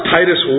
Titus